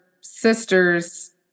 sister's